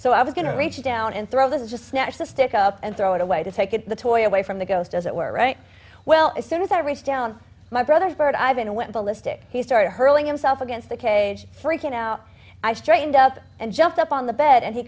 so i was going to reach down and throw this just snatch the stick up and throw it away to take it to the toy away from the ghost as it were right well as soon as i reached down my brother bird ivan and went ballistic he started hurling himself against the cage freaking out i straightened out and jumped up on the bed and he